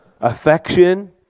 Affection